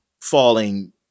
falling